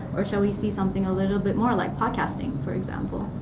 or shall we see something a little bit more like podcasting, for example?